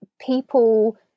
people